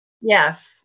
yes